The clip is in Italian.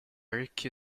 orecchie